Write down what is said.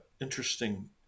interesting